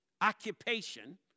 occupation